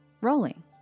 rolling